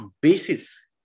basis